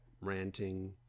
ranting